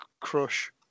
Crush